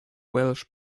welsh